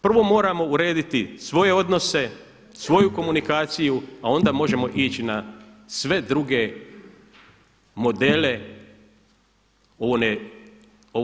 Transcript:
Prvo moramo urediti svoje odnose, svoju komunikaciju, a onda možemo ići na sve druge modele.